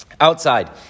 outside